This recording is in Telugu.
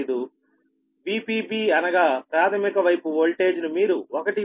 05 VpB అనగా ప్రాథమిక వైపు ఓల్టేజ్ ను మీరు 1